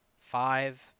five